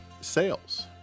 sales